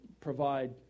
provide